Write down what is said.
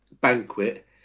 banquet